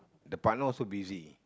the partner also busy